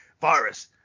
virus